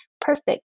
perfect